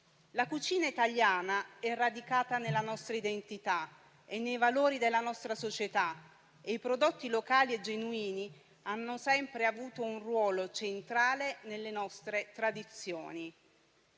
La cucina italiana è radicata nella nostra identità e nei valori della nostra società e i prodotti locali e genuini hanno sempre avuto un ruolo centrale nelle nostre tradizioni.